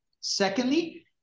Secondly